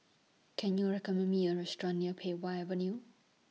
Can YOU recommend Me A Restaurant near Pei Wah Avenue